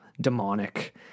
demonic